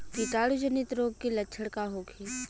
कीटाणु जनित रोग के लक्षण का होखे?